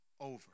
over